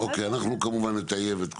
אל תעשה את זה.